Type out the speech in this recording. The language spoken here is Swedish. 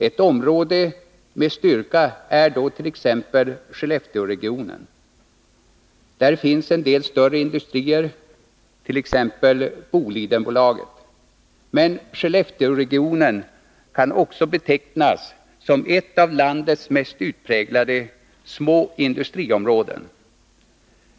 Ett område med styrka är t.ex. Skellefteåregionen. Där finns en del större industrier, exempelvis Bolidenbolaget, men Skellefteåregionen kan också betecknas som ett av landets mest utpräglade småindustriområden.